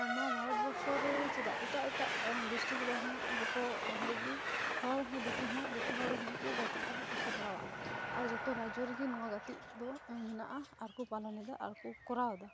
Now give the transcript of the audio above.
ᱟᱨ ᱱᱚᱣᱟ ᱵᱷᱟᱨᱚᱛᱵᱚᱨᱥᱚ ᱨᱮ ᱪᱮᱫᱟᱜ ᱮᱴᱟᱜᱼᱮᱴᱟᱜ ᱰᱤᱥᱴᱤᱠ ᱨᱮᱦᱚᱸ ᱡᱚᱛᱚ ᱦᱚᱲᱜᱮ ᱦᱚᱲᱦᱚᱸ ᱫᱤᱠᱩᱦᱚᱸ ᱡᱚᱛᱚᱦᱚᱲᱜᱮ ᱜᱟᱛᱮᱜ ᱫᱚᱠᱚ ᱠᱩᱥᱤ ᱵᱟᱲᱟᱣᱟᱜᱼᱟ ᱟᱨ ᱡᱚᱛᱚ ᱨᱟᱡᱽᱡᱚᱨᱮᱜᱮ ᱱᱚᱣᱟ ᱜᱟᱛᱮᱜᱫᱚ ᱢᱮᱱᱟᱜᱼᱟ ᱟᱨᱠᱚ ᱯᱟᱞᱚᱱᱮᱫᱟ ᱟᱨᱠᱚ ᱠᱚᱨᱟᱣᱮᱫᱟ